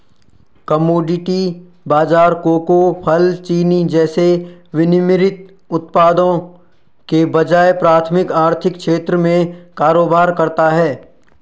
commodity बाजार cocoa, फल, चीनी जैसे विनिर्मित उत्पादों के बजाय प्राथमिक आर्थिक क्षेत्र में कारोबार करता है